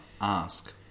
Ask